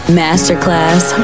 masterclass